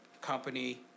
company